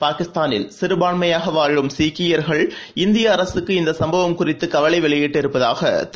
பாகிஸ்தானில் சிறபான்மயாக வாழும் சீக்கியர்கள் இந்திய அரசுக்கு இந்த சம்பவம் குறித்து கவலை வெளியிட்டிருப்பதாக திரு